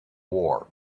war